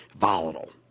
volatile